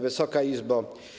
Wysoka Izbo!